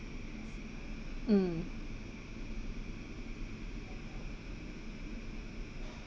mm